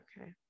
okay